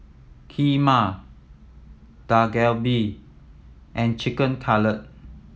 Kheema Dak Galbi and Chicken Cutlet